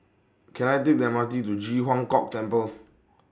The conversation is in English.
Can I Take The M R T to Ji Huang Kok Temple